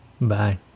Bye